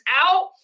out